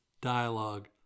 dialogue